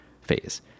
phase